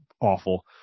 Awful